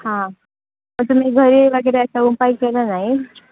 हां पण तुम्ही घरी वगैरे असं उपाय केला नाही